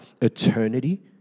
Eternity